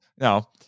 No